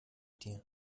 dir